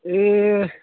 ए